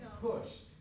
pushed